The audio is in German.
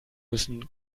müssen